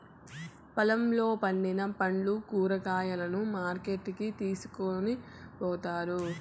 పొలంలో పండిన పండ్లు, కూరగాయలను మార్కెట్ కి తీసుకొని పోతారు